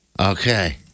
Okay